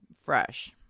fresh